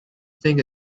thing